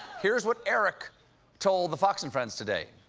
here is what eric told the fox and friends today.